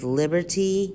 liberty